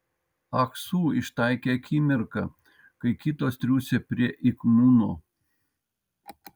ah su ištaikė akimirką kai kitos triūsė prie ik muno